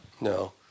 No